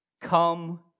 come